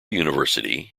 university